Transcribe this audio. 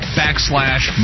backslash